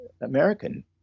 American